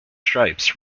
stripes